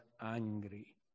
angry